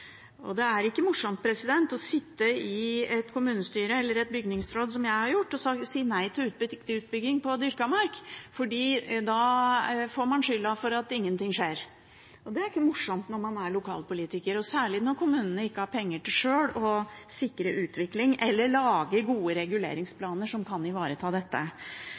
Det er ikke morsomt å sitte i et kommunestyre eller et bygningsråd, som jeg har gjort, og si nei til utbygging på dyrket mark. Da får man skylden for at ingenting skjer. Det er ikke morsomt når man er lokalpolitiker, særlig når kommunene ikke har penger til sjøl å sikre utvikling eller lage gode reguleringsplaner som kan ivareta dette.